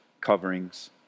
coverings